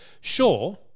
sure